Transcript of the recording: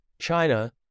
China